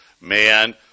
man